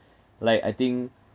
like I think